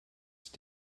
ist